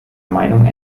meinung